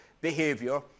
behavior